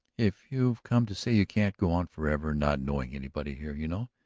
if you've come to stay you can't go on forever not knowing anybody here, you know.